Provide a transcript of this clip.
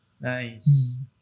Nice